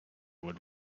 would